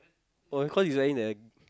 oh cause he's wearing that